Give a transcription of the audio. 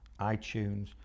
iTunes